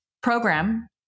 program